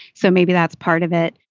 so maybe that's part of it.